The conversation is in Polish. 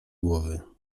głowy